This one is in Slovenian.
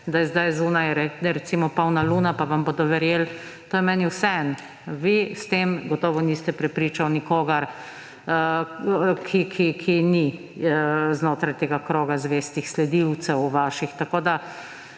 da je zdaj zunaj recimo polna luna, pa vam bodo verjeli. To je meni vseeno. Vi s tem gotovo niste prepričali nikogar, ki ni znotraj tega kroga vaših zvestih sledilcev. Mene